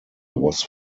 was